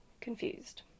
confused